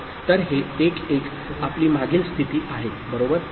तर हे 1 1 आपली मागील स्थिती आहे बरोबर